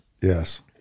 Yes